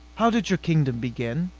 how did your kingdom begin?